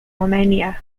romania